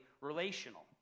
relational